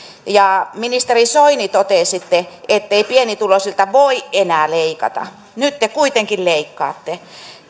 ja ministeri soini totesitte ettei pienituloisilta voi enää leikata nyt te kuitenkin leikkaatte